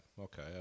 okay